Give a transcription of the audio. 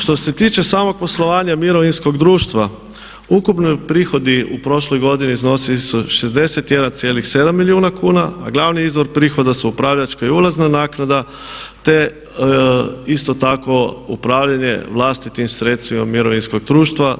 Što se tiče samog poslovanja mirovinskog društva ukupni prihodi u prošloj godini iznosili su 61,7 milijuna kuna, a glavni izvor prihoda su upravljačka i ulazna naknada, te isto tako upravljanje vlastitim sredstvima mirovinskog društva.